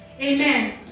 Amen